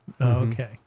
okay